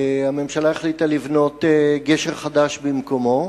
הממשלה החליטה לבנות גשר חדש במקומו,